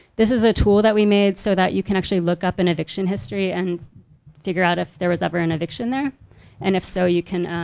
this is a tool that we made so that you can actually look up an eviction history and figure out if there was ever an eviction there and if so, you can